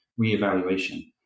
reevaluation